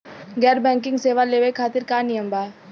गैर बैंकिंग सेवा लेवे खातिर का नियम बा?